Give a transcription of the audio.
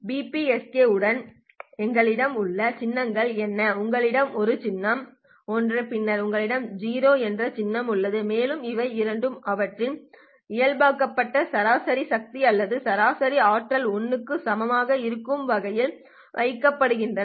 BPSK உடன் எங்களிடம் உள்ள சின்னங்கள் என்ன எங்களிடம் ஒரு சின்னம் 1 பின்னர் உங்களிடம் 0 என்ற சின்னம் உள்ளது மேலும் இவை இரண்டும் அவற்றின் இயல்பாக்கப்பட்ட சராசரி சக்தி அல்லது சராசரி ஆற்றல் 1 க்கு சமமாக இருக்கும் வகையில் வைக்கப்படுகின்றன